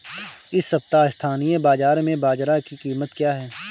इस सप्ताह स्थानीय बाज़ार में बाजरा की कीमत क्या है?